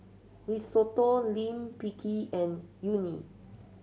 Risotto Lime Picky and Unagi